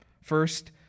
First